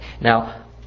Now